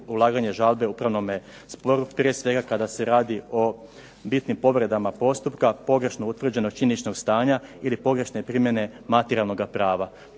ulaganje žalbe u upravnome sporu. Prije svega kada se radi o bitnim povredama postupka, pogrešno utvrđenog činjeničnog stanja ili pogrešne primjene materijalnoga prava.